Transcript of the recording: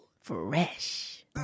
fresh